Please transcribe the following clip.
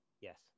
Yes